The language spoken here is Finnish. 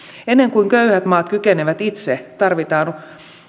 ennen kuin köyhät maat kykenevät itse tarvitaan